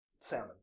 salmon